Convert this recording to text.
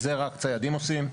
זה רק ציידים עושים.